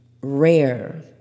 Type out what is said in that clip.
rare